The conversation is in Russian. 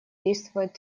действовать